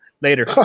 later